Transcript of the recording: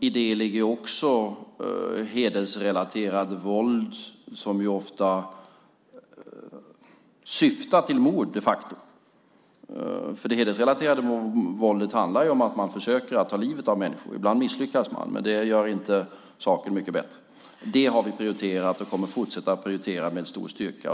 I detta ligger också hedersrelaterat våld, som de facto ofta syftar till mord. Det hedersrelaterade våldet handlar om att man försöker ta livet av människor. Ibland misslyckas man, men det gör inte saken mycket bättre. Det har vi prioriterat och kommer att fortsätta att prioritera med stor styrka.